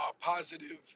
positive